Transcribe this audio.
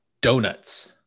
Donuts